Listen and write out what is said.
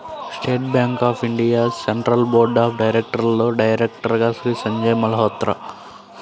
state Bank of India central board of డైరెక్టర్స్లో డైరెక్టర్గా శ్రీ సంజయ్ మల్హోత్రా